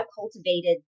cultivated